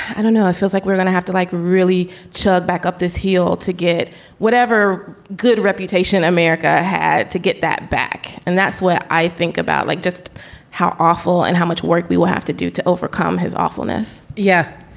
i don't know. it feels like we're going to have to like really chug back up this hill to get whatever good reputation america had to get that back. and that's where i think about like just how awful and how much work we will have to do to overcome his awfulness yeah.